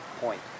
point